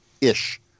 ish